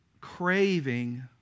craving